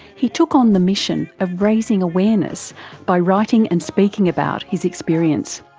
he took on the mission of raising awareness by writing and speaking about his experience.